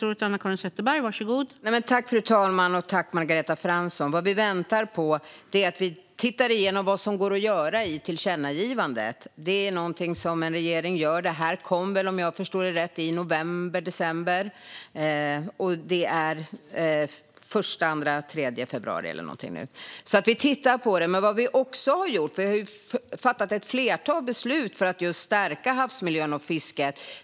Fru talman! Jag tackar Margareta Fransson. Vad väntar vi på? Vi tittar på vad som går att göra i tillkännagivandet. Det är någonting som en regering gör. Om jag förstår det rätt kom detta i november, december, och det är den 3 februari nu. Vi tittar alltså på det. Men vi har fattat ett flertal beslut för att just stärka havsmiljön och fisket.